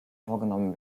vorgenommen